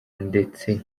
ndetse